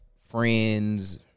friends